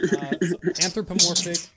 anthropomorphic